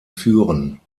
führen